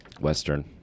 Western